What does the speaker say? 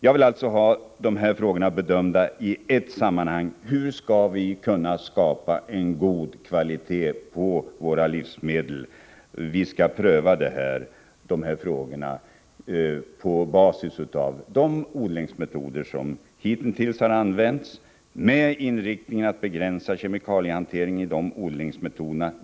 Jag vill alltså ha de här frågorna bedömda i ett sammanhang: Hur skall vi kunna skapa en god kvalitet på våra livsmedel? Vi skall pröva de frågorna på basis av de odlingsmetoder som hitintills använts, med inriktningen att begränsa kemikalieanvändningen i de odlingsmetoderna.